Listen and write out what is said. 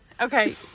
Okay